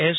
S